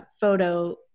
photo